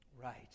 Right